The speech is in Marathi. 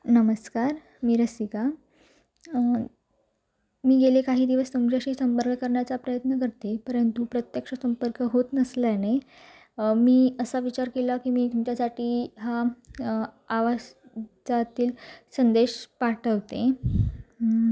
नमस्कार मी रसिका मी गेले काही दिवस तुमच्याशी संपर्क करण्याचा प्रयत्न करते परंतु प्रत्यक्ष संपर्क होत नसल्याने मी असा विचार केला की मी तुमच्यासाठी हा आवाजातील संदेश पाठवते